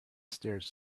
stairs